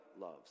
loves